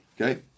okay